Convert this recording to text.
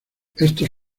estos